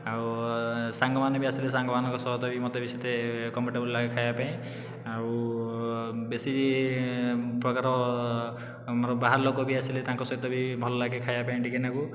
ଓ ସାଙ୍ଗମାନେ ବି ଆସିଲେ ସାଙ୍ଗମାନଙ୍କ ସହିତ ମୋତେ ବି ସେତେ କମ୍ଫୋର୍ଟଟେବଲ ଲାଗେ ଖାଇବା ପାଇଁ ଓ ବେଶୀ ପ୍ରକାର ଆମର ବାହାର ଲୋକ ବି ଆସିଲେ ତାଙ୍କ ସହିତ ବି ଭଲ ଲାଗେ ଖାଇବାକୁ ଟିକେ